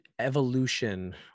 evolution